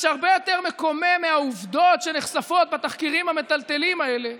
מה שהרבה יותר מקומם מהעובדות שנחשפות בתחקירים המטלטלים האלה